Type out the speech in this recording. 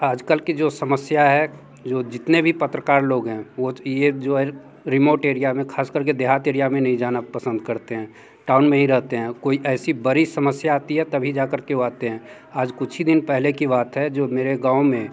आज कल की जो समस्या है जो जितने भी पत्रकार लोग है वो तो ये जो रिमोट एरिया में ख़ास कर के देहात एरिया में नहीं जाना पसंद करते हैं टाउन में ही रहते हैं कोई ऐसी बड़ी समस्या आती है तभी जा कर के वो आते हैं आज कुछ ही दिन पहले की बात है जो मेरे गाँव में